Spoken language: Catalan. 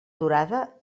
durada